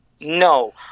no